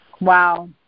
Wow